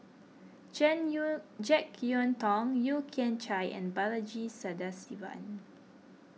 Jane Yeun Jek Yeun Thong Yeo Kian Chai and Balaji Sadasivan